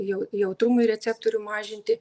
jau jautrumui receptorių mažinti